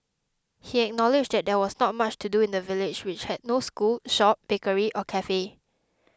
he acknowledged there was not much to do in the village which has no school shop bakery or cafe